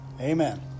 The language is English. Amen